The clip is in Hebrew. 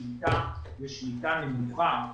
שליטה ושליטה נמוכה,